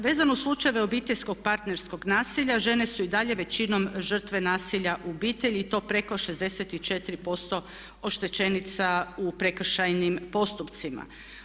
Vezano uz slučajeve obiteljskog parterskog nasilja žene su i dalje većinom žrtve nasilja u obitelji i to preko 64% oštećenica u prekršajnim postupcima.